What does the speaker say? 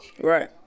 Right